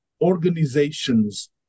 organizations